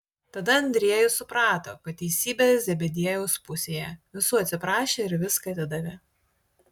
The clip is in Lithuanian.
tada andriejus suprato kad teisybė zebediejaus pusėje visų atsiprašė ir viską atidavė